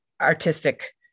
artistic